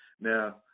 Now